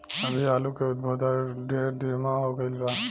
अभी आलू के उद्भव दर ढेर धीमा हो गईल बा